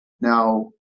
Now